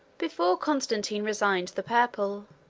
before constantine resigned the purple,